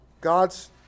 God's